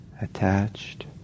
attached